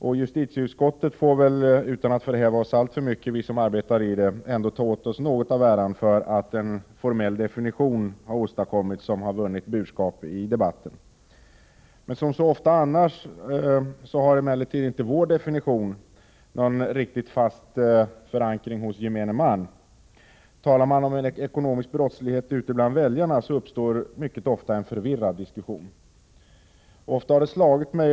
Vi i justitieutskottet får väl utan att förhäva oss alltför mycket ändå ta åt oss något av äran för att det har åstadkommits en formell definition som vunnit burskap idebatten. Men som så ofta annars har inte heller vår definition någon riktigt fast förankring hos gemene man. Talar man om ekonomisk brottslighet ute bland väljarna uppstår mycket ofta en förvirrad diskussion.